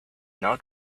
not